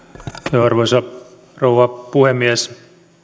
arvoisa rouva puhemies